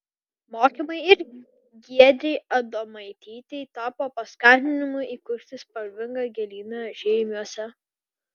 mokymai ir giedrei adomaitytei tapo paskatinimu įkurti spalvingą gėlyną žeimiuose